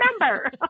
remember